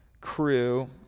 crew